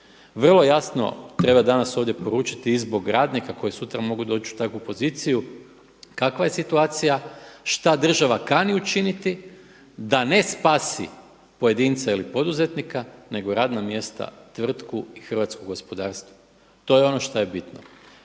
Vrlo jasno treba danas ovdje poručiti i zbog radnika koji sutra mogu doći u takvu poziciju. Kakva je situacija, šta država kani učiniti da ne spasi pojedinca ili poduzetnika nego radna mjesta, tvrtku i hrvatsko gospodarstvo. To je ono šta je bitno,